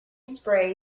spray